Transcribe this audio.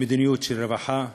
מדיניות של רווחה,